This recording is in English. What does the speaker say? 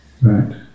Right